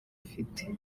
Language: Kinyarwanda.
ufite